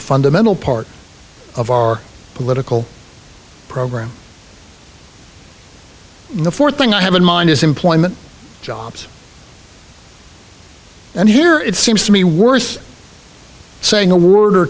a fundamental part of our political program and the fourth thing i have in mind is employment jobs and here it seems to me worth saying a word or